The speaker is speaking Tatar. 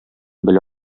белә